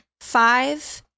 five